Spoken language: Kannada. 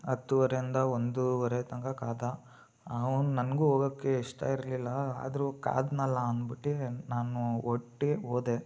ಹತ್ತೂವರೆಯಿಂದ ಒಂದೂವರೆ ತನಕ ಕಾದ ಅವ್ನು ನನಗೂ ಹೋಗೊಕ್ಕೆ ಇಷ್ಟ ಇರಲಿಲ್ಲ ಆದರೂ ಕಾದನಲ್ಲ ಅಂದ್ಬಿಟ್ಟು ನಾನು ಒಟ್ಟಿಗೆ ಹೋದೆ